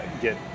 get